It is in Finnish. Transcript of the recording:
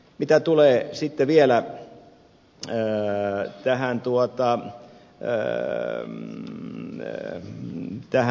mitä sitten tulee vielä tähän tuottaa jälleen näet tää